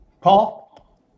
Paul